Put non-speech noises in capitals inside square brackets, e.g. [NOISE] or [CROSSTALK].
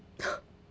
[LAUGHS]